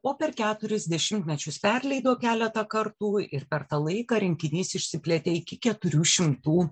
o per keturis dešimtmečius perleido keletą kartų ir per tą laiką rinkinys išsiplėtė iki keturių šimtų